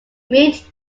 mint